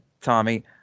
Tommy